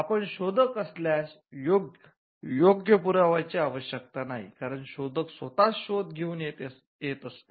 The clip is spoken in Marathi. आपण शोधक असल्यास योग्य पुराव्याची आवश्यकता नाही कारण शोधक स्वतःच शोध घेऊन येत असतो